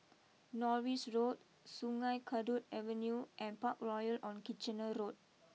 Norris Road Sungei Kadut Avenue and Parkroyal on Kitchener Road